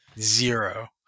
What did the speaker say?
zero